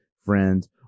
friends